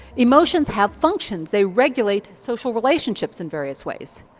emotions have functions, they regulate social relationships in various ways.